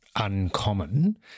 uncommon